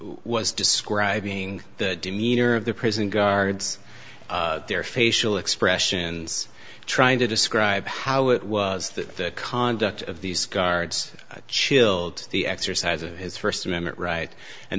was describing the demeanor of the prison guards their facial expressions trying to describe how it was the conduct of these guards chilled the exercise of his first amendment right and